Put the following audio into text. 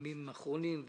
ימים אחרונים.